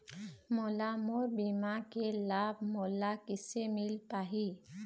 मोला मोर बीमा के लाभ मोला किसे मिल पाही?